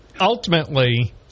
ultimately